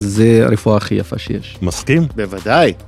‫זה הרפואה הכי יפה שיש. ‫-מסכים? ‫-בוודאי.